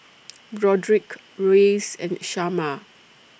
Broderick Reyes and Shamar